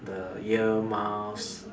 the ear muffs